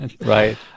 Right